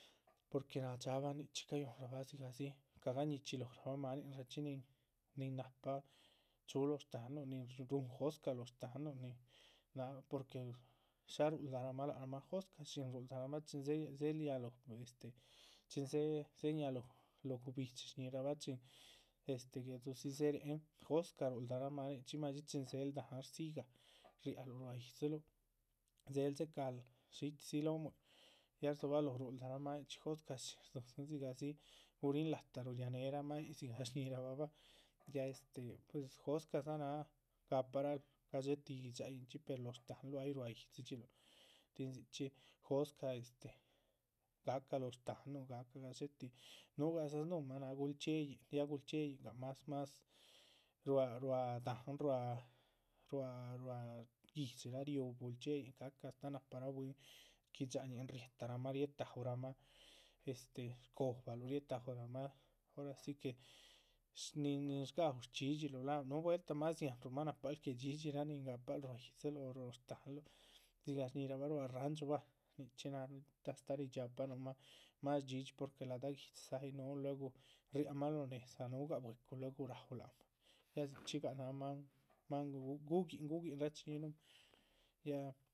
Porque nadxaaban nichxí cayúhunrabah dzichxí dzigahdzi cagañichxí lóhorabah máaninchxi nin nahpa chúhu lóho shtáhannuh nin rúhun jóscah lóho shtáhannuh náh. porque shá rúhuldaramah lác rahmah jóscashin rúhuldaramah chin dzé dzérialoho este chin dzéherialoho lóho guhbi´dxi shñíhirabah chin este guédudzi dzéherehen,. jóscah rúhuldaramah ya nichxí madxí chin dzéheluh dáhan náh rdzíyi gaha riáluh ruá ýidziluh, dzéhel dzécahal shíchxidzi lómuin ya rdzóhobaloh rúhuldarah. máaninchxi jóscah shín rdzídzin dzigahdzi guhurín latah uy riáhaneheramah yíc dzigah shñíhirabah ya que pues jóscahdza náha gahparahal gadxétih gui´dxayinchxi. per lóho shtáhanluh ay ruá yídzidxiluh, tin dzichxí jóscah este gahca lóho shtáhanuh gahca gadxétih, núhugadza snúhunmah náha gulchxíeyin, ya gulchxíeyingah. más más ruá ruá dáhan ruá ruá guihdxiraa riú gulchxíeyin ca´cah astáh náhparaa bwín shgui´dxañi riéhetaramah riétaurahmah este shcobahluh, riétahuramah ora si que. sh níhin gaú shdhxídhxiluh lác núhu vueltah más dziáhanruh mah nahpal que dhxídhxiraa nin gahpal ruá yídziluh o lóho shtáhanluh dzigah shñíhirabah ruá randxú bah. nichxí náha la´tah astáha ridxápanuhmah más dhxídhxi porque la´dah guihdxidza ay núhun luegu riámah lóho nédza núhugah bwecu luegu raú lac mah ya dzichxígah náha máan. máan gu guguihn rachiníhinumah, ya